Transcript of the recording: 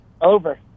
Over